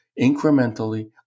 incrementally